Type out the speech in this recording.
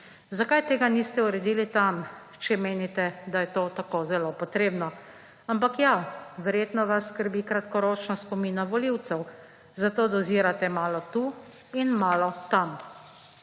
Zakaj tega niste uredili tam, če menite, da je to tako zelo potrebno? Ampak ja, verjetno vas skrbi kratkoročnost spomina volivcev, zato dozirate malo tu in malo tam.